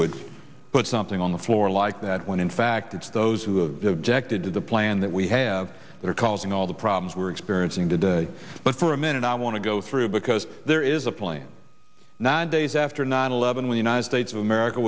would put something on the floor like that when in fact those who have the jack to do the plan that we have that are causing all the problems we're experiencing today but for a minute i want to go through because there is a place now days after nine eleven when united states of america